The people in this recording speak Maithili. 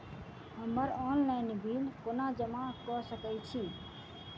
हम्मर ऑनलाइन बिल कोना जमा कऽ सकय छी?